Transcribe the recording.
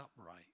upright